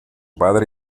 padre